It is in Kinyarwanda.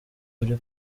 uri